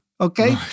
okay